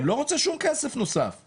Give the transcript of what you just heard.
אין מענה לא במכון הרפואי לבטיחות בדרכים,